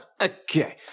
Okay